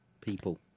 People